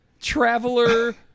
traveler